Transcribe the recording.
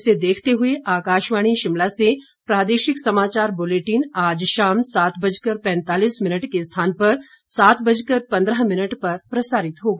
इसे देखते हुए आकाशवाणी शिमला से प्रादेशिक समाचार बुलेटिन आज शाम सात बजकर पैंतालीस मिनट के स्थान पर सात बजकर पंद्रह मिनट पर प्रसारित होगा